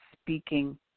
speaking